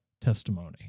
testimony